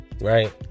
right